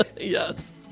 Yes